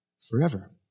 forever